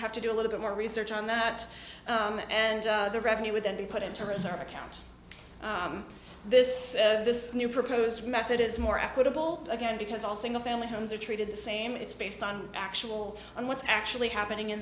have to do a little bit more research on that and the revenue would then be put into reserve account this this new proposed method is more equitable again because all single family homes are treated the same it's based on actual and what's actually happening in